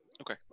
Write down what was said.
Okay